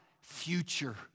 future